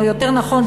או יותר נכון,